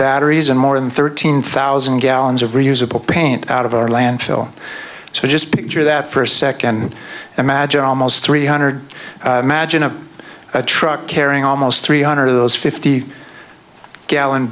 batteries and more than thirteen thousand gallons of reusable paint out of our landfill so just picture that first second imagine almost three hundred magine of a truck carrying almost three hundred of those fifty gallon